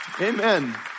Amen